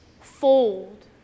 fold